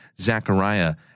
Zachariah